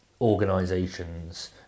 organizations